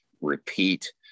repeat